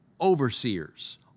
overseers